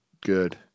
good